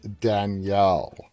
Danielle